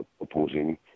opposing